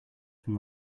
from